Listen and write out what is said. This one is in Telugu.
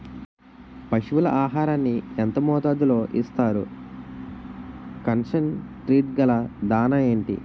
పశువుల ఆహారాన్ని యెంత మోతాదులో ఇస్తారు? కాన్సన్ ట్రీట్ గల దాణ ఏంటి?